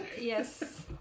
Yes